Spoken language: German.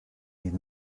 die